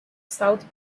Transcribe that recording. south